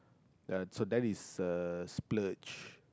ya so that is uh splurge